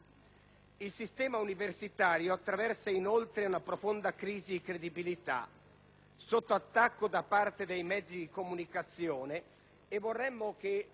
Il sistema universitario attraversa, inoltre, una profonda crisi di credibilità, sotto attacco da parte dei mezzi di comunicazione. E vorremmo che